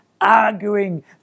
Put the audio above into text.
arguing